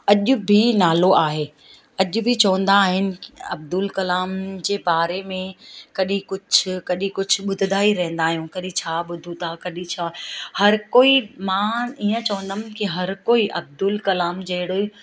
अॼु बि नालो आहे अॼु बि चवंदा आहिनि की अब्दुल कलाम जे बारे में कॾहिं कुझु कॾहिं ॿुधंदा ई रहंदा आहियूं कॾहिं छा ॿुधूं था कॾहिं छा हर कोई मां ईअं चवंदमि की हर कोई अब्दुल कलाम जहिड़ो ई